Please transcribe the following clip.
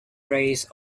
raised